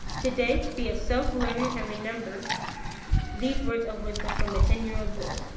today, be a self learner and remember these words of wisdom from a ten year old boy.